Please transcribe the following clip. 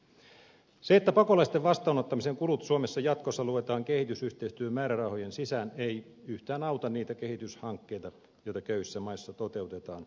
se että pakolaisten vastaanottamisen kulut suomessa jatkossa luetaan kehitysyhteistyömäärärahojen sisään ei yhtään auta niitä kehityshankkeita joita köyhissä maissa toteutetaan